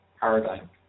paradigm